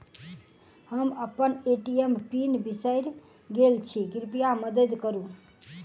हम अप्पन ATM pin बिसरि गेल छी कृपया मददि करू